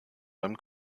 beim